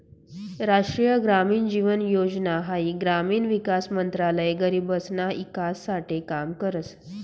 राष्ट्रीय ग्रामीण जीवन योजना हाई ग्रामीण विकास मंत्रालय गरीबसना ईकास साठे काम करस